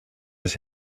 his